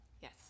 Yes